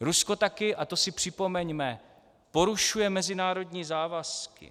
Rusko také, a to si připomeňme, porušuje mezinárodní závazky.